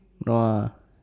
no ah